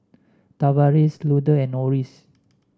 Tavaris Luther and Orris